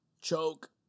Choke